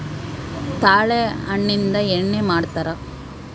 ತಾಳೆ ಹಣ್ಣಿಂದ ಎಣ್ಣೆ ಮಾಡ್ತರಾ